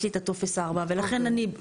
יש לי את הטופס 4. ולכן אני,